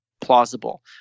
plausible